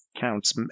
Counts